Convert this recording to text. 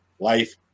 life